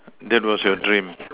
that was your dream